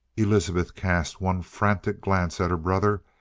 elizabeth cast one frantic glance at her brother,